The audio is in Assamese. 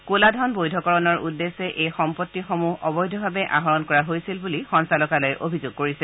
কলাধন বৈধকৰণৰ উদ্দেশ্যে এই সম্পত্তিসমূহ অবৈধভাৱে আহৰণ কৰা হৈছিল বুলি সঞ্চালকালয়ে অভিযোগ কৰিছে